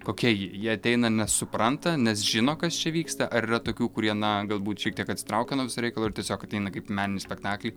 kokia ji jie ateina nes supranta nes žino kas čia vyksta ar yra tokių kurie na galbūt šiek tiek atsitraukia nuo viso reikalo ir tiesiog ateina kaip į meninį spektaklį